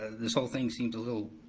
this whole thing seems a little,